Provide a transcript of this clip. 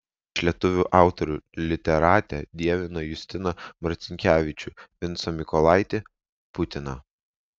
iš lietuvių autorių literatė dievina justiną marcinkevičių vincą mykolaitį putiną